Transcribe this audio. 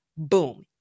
Boom